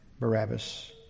Barabbas